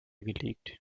gelegt